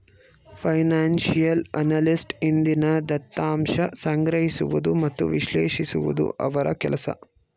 financial analyst ಹಿಂದಿನ ದತ್ತಾಂಶ ಸಂಗ್ರಹಿಸುವುದು ಮತ್ತು ವಿಶ್ಲೇಷಿಸುವುದು ಅವರ ಕೆಲಸ